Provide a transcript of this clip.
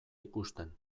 ikusten